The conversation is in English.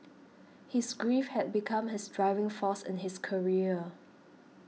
his grief had become his driving force in his career